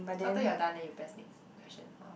so after you are done then you press next question orh